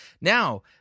Now